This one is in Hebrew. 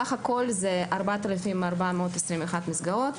סך הכול זה - 4,421 מסגרות.